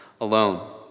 alone